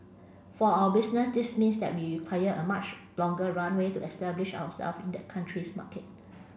for our business this means that we require a much longer runway to establish ourselves in that country's market